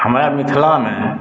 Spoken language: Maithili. हमरा मिथिलामे